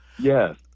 Yes